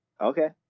Okay